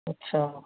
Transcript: अच्छा